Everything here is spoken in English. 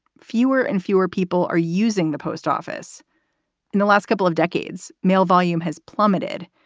fewer and fewer people are using the post office in the last couple of decades. mail volume has plummeted.